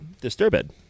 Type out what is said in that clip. Disturbed